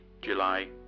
July